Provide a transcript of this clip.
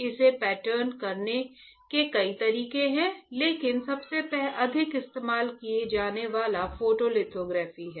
इसे पैटर्न करने के कई तरीके हैं लेकिन सबसे अधिक इस्तेमाल किया जाने वाला फोटोलिथोग्राफी है